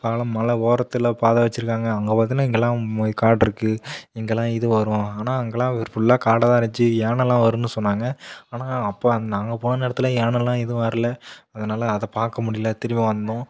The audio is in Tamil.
மலை ஓரத்தில் பாதை வச்சிருக்காங்க அங்கே பார்த்திங்கன்னா இங்கேலாம் காடு இருக்குது இங்கேலாம் இது வரும் ஆனால் அங்கேலாம் வெறும் ஃபுல்லாக காடாக தான் இருந்துச்சி யானைலாம் வரும்னு சொன்னாங்க ஆனால் அப்போ நாங்கள் போன நேரத்தில் யானைலாம் எதுவும் வரல அதனால அதை பார்க்க முடியல திரும்பி வந்தோம்